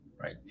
right